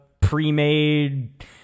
pre-made